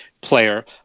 player